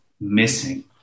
missing